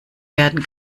werden